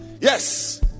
Yes